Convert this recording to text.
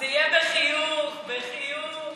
זה יהיה בחיוך, בחיוך,